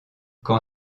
quand